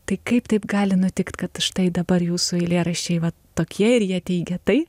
tai kaip taip gali nutikt kad štai dabar jūsų eilėraščiai vat tokie ir jie teigia tai